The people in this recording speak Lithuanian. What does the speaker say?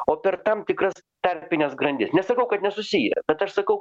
o per tam tikras tarpines grandis nesakau kad nesusiję bet aš sakau